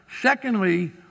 Secondly